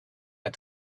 had